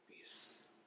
peace